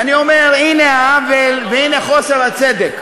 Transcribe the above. ואני אומר: הנה העוול והנה חוסר הצדק.